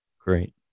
great